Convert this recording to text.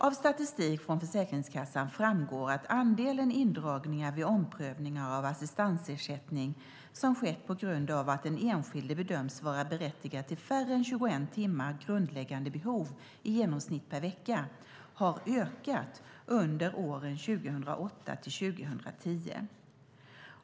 Av statistik från Försäkringskassan framgår att andelen indragningar vid omprövningar av assistansersättning som skett på grund av att den enskilde bedöms vara berättigad till färre än 21 timmar grundläggande behov i genomsnitt per vecka, har ökat under åren 2008-2010.